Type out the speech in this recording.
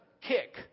kick